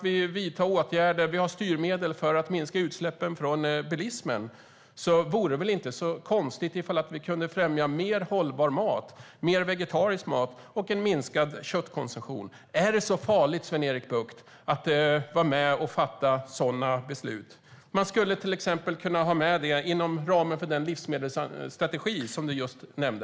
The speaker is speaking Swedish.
Vi har ju styrmedel för att minska utsläppen från bilismen. Då vore det väl inte så konstigt att främja mer hållbar, vegetarisk mat och minskad köttkonsumtion. Är det så farligt, Sven-Erik Bucht, att vara med och fatta sådana beslut? Man skulle till exempel kunna ha med det inom ramen för den livsmedelsstrategi som du just nämnde.